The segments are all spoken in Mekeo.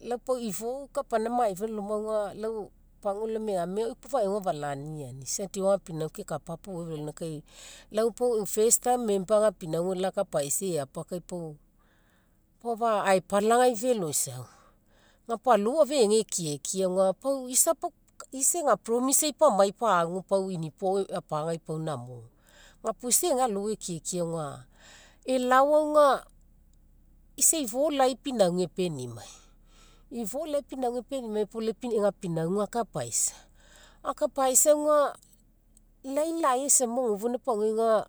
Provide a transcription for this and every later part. Lau pau ifou kapaina maifa laoma aga lau paugua alogai lau megamega au puo afalaniniani isa deo ega pinauga kekapa puo. Lau pau e'u first time member ega pinauga lakapaisa eapa kai pau, pau afa ae palagai feloisau. Ga puo alou afa egai ekiekie aga pau isa, isa ega promise ai pau amai pau agu inipo ao apagai pau namo. Ga puo isa egai alou ekiekie aga alao aga, isa ifo lai pinauga epenimai. Ifo lai pinauga epenimai puo ega pinauga akapaisa. Akapaisa aga laii lai samagai, ogofoina paguai aga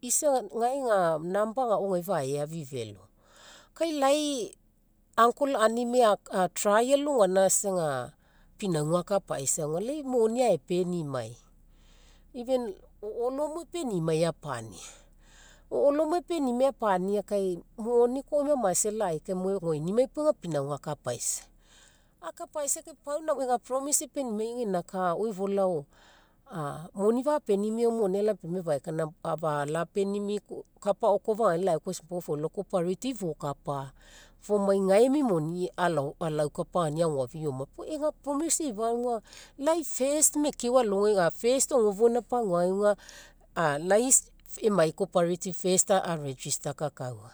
isa gae ega number agao gae fae afii felo. Kai laii uncle aunimai a'try alogaina isa ega pinauga akapaisa aga laii moni ae penimai. Even o'olo mo epenimai apania, o'olo mo epenimai apania kai moni koa e'emaisai lai kaimo egoinimai puo ega pinauga akapaisa. Akapaisa kai pau namo ega promise epenimai einaka oi folao moni fapenimii aga moni alapenimii afaekaina, afalapenimii kapa agao koa lau fagauai lai folao fokapa fomai gae emi moni alaukapagainia agoafia eoma puo ega promise eifa aga laii first mekeo alogai, first ogofoina paguagai alogai aga laii emai a'register kakaua.